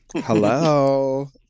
hello